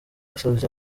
yasabye